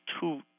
two